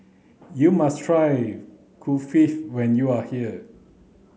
you must try Kulfi when you are here